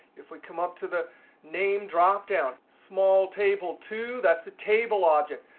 if we come up to the name dropdown, small table two, that's a table object.